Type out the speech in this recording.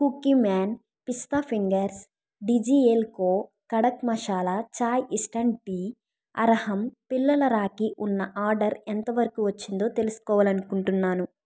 Cookieman పిస్తా fingers డిజీఎల్ కో కడక్ మసాలా చాయ్ ఇంస్టంట్ టీ అర్హమ్ పిల్లల రాఖీ ఉన్న ఆర్డర్ ఎంతవరకొచ్చిందో తెలుసుకోవాలనుకుంటున్నాను